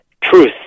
truth